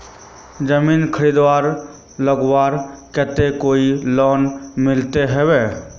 जमीन खरीद लगवार केते कोई लोन मिलोहो होबे?